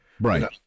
Right